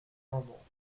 normal